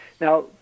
Now